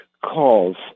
calls